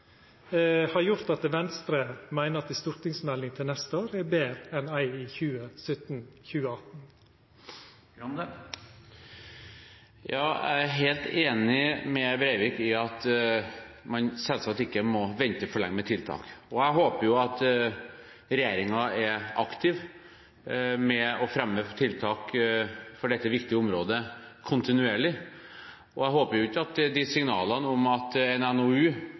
har gjort at Venstre meiner at ei stortingsmelding til neste år er betre enn ei i 2017–2018. Ja, jeg er helt enig med Breivik i at man selvsagt ikke må vente for lenge med tiltak, og jeg håper at regjeringen er aktiv med å fremme tiltak for dette viktige området – kontinuerlig. Jeg håper ikke signalene om at